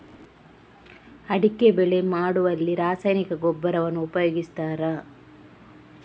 ಅಡಿಕೆ ಬೆಳೆ ಮಾಡುವಲ್ಲಿ ರಾಸಾಯನಿಕ ಗೊಬ್ಬರವನ್ನು ಉಪಯೋಗಿಸ್ತಾರ?